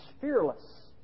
fearless